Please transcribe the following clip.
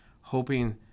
hoping